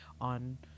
on